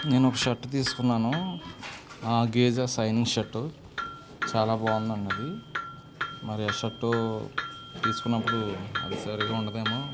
నేను ఒక షర్ట్ తీసుకున్నాను ఆ గేజా సైన్ షర్టు చాలా బాగుంది అండి అది మరి ఆ షర్టు తీసుకున్నప్పుడు అది సరిగ్గా ఉండదేమో